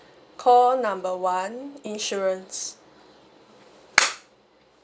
call number one insurance